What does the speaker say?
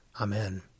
Amen